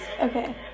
Okay